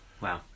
Wow